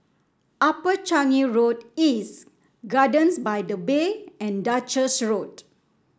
Upper Changi Road East Gardens by the Bay and Duchess Road